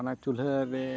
ᱚᱱᱟ ᱪᱩᱞᱦᱟᱹ ᱨᱮ